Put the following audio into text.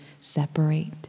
separate